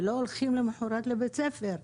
ולא הולכים לבית הספר למחרת.